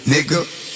Nigga